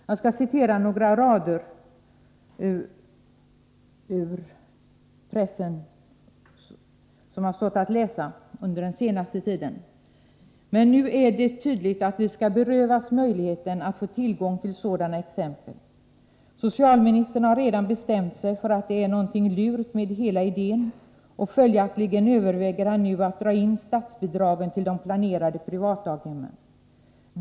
Jag skall citera några rader från den debatt som förekommit i pressen under den senaste tiden: ”Men nu är det tydligt att vi ska berövas möjligheten att få tillgång till sådana exempel. Socialministern har redan bestämt sig för att det är någonting lurt med hela idén och följaktligen överväger han nu att dra in statsbidragen till de planerade privatdaghemmen.